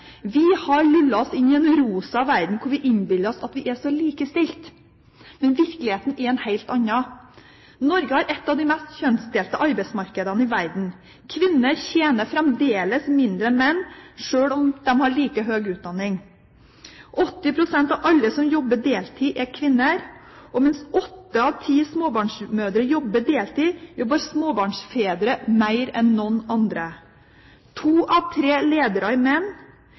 Vi har lullet oss inn i en rosa verden hvor vi innbiller oss at vi er så likestilt. Men virkeligheten er en helt annen: Norge har et av de mest kjønnsdelte arbeidsmarkedene i verden. Kvinner tjener fremdeles mindre enn menn, sjøl om de har like høy utdanning. 80 pst. av alle som jobber deltid, er kvinner. Mens åtte av ti småbarnsmødre jobber deltid, jobber småbarnsfedre mer enn noen andre. To av tre ledere er menn.